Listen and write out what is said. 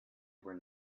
were